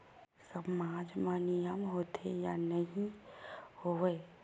सामाज मा नियम होथे या नहीं हो वाए?